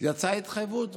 יצאה התחייבות,